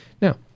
Now